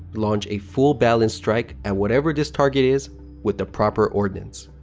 launch a full balanced strike and whatever this target is with the proper ordnance.